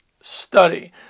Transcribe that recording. Study